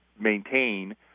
maintain